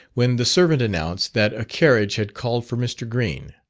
when the servant announced that a carriage had called for mr. green.